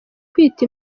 kwita